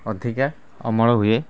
ଅଧିକା ଅମଳ ହୁଏ